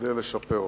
כדי לשפר אותה.